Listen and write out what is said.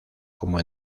como